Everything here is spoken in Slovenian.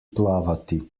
plavati